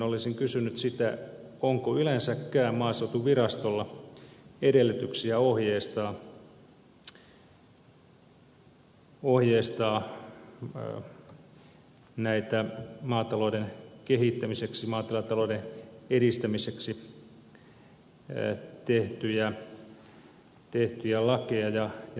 olisin kysynyt sitä onko yleensäkään maaseutuvirastolla edellytyksiä ohjeistaa näitä maatalouden kehittämiseksi maatilatalouden edistämiseksi tehtyjä lakeja ja toimenpiteitä